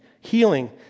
healing